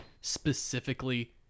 specifically